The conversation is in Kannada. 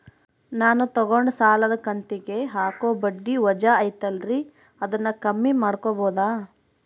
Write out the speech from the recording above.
ನಾನು ತಗೊಂಡ ಸಾಲದ ಕಂತಿಗೆ ಹಾಕೋ ಬಡ್ಡಿ ವಜಾ ಐತಲ್ರಿ ಅದನ್ನ ಕಮ್ಮಿ ಮಾಡಕೋಬಹುದಾ?